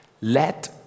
Let